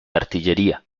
artillería